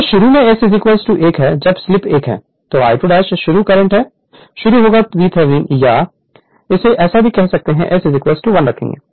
तो शुरू में S 1 जब स्लिप 1 तो I2 शुरू करंट शुरू होगा VThevenin को यहां S 1 रखेंगे